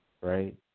Right